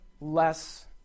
less